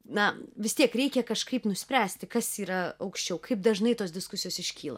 na vis tiek reikia kažkaip nuspręsti kas yra aukščiau kaip dažnai tos diskusijos iškyla